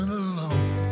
alone